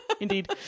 indeed